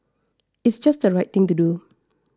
it's just the right thing to do